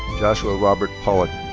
joshua robert pollock.